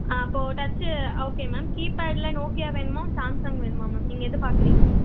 ஆ அப்போது touch okay ma'am key பேட்டில் Nokia வேணுமா சாம்சங் வேணுமா மேம் நீங்கள் எது பார்க்கறீங்க